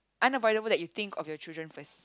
unavoidable that you think of your children first